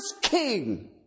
king